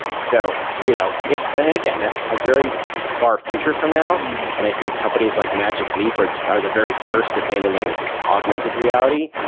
so you know and again, that's a very far future from now and i think companies like magic leap are are the very first at handling augmented reality,